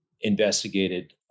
investigated